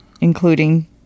including